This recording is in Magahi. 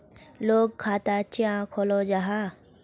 लोग खाता चाँ खोलो जाहा?